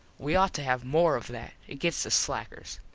we ought to have more of that. it gets the slackers.